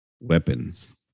weapons